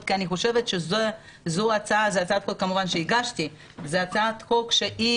כי אני חושבת שזו הצעת חוק שכמובן הגשתי,